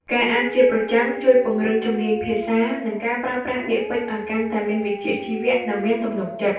ការអានជាប្រចាំជួយពង្រឹងជំនាញភាសា និងការប្រើប្រាស់ពាក្យពេចន៍ឱ្យកាន់តែមានវិជ្ជាជីវៈ និងមានទំនុកចិត្ត។